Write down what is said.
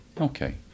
Okay